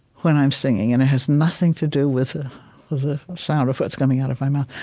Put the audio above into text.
when i'm singing. and it has nothing to do with ah with the sound of what's coming out of my mouth.